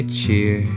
cheer